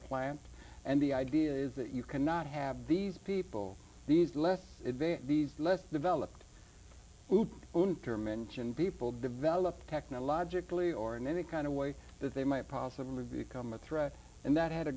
plant and the idea is that you cannot have these people these left these less developed are mentioned people develop technologically or in any kind of way that they might possibly become a threat and that had a